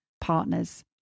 partners